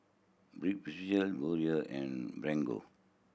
Ripcurl Biore and Bargo